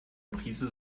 prise